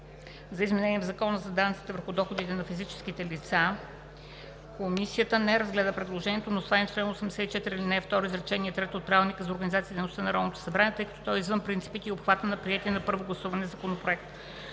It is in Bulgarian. за изменение в Закона за данъците върху доходите на физическите лица. Комисията не разгледа предложението на основание чл. 84, ал. 2, изречение трето от Правилника за организацията и дейността на Народното събрание, тъй като то е извън принципите и обхвата на приетия на първо гласуване законопроект.